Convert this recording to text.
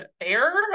air